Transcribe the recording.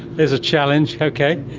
there's a challenge, okay.